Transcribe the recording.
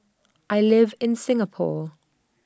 I live in Singapore